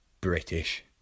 British